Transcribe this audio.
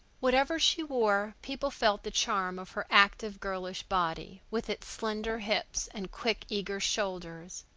whatever she wore, people felt the charm of her active, girlish body with its slender hips and quick, eager shoulders.